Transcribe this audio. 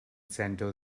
center